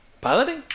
Piloting